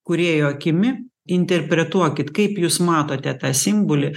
kūrėjo akimi interpretuokit kaip jūs matote tą simbolį